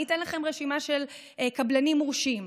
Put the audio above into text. אני אתן לכם רשימה של קבלנים מורשים,